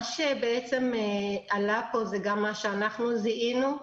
מה שעלה פה זה גם מה שאנחנו זיהינו.